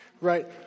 right